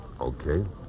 Okay